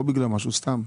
לא בגלל משהו, סתם.